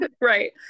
Right